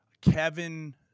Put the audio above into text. Kevin